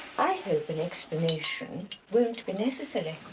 i hope an explanation won't be necessary.